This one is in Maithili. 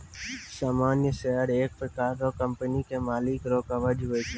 सामान्य शेयर एक प्रकार रो कंपनी के मालिक रो कवच हुवै छै